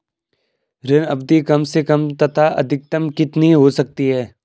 ऋण अवधि कम से कम तथा अधिकतम कितनी हो सकती है?